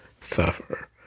suffer